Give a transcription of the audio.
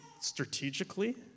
strategically